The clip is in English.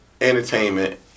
entertainment